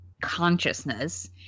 consciousness